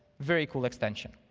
very cool extension.